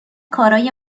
کارهای